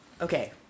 Okay